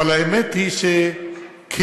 אבל האמת היא שכן,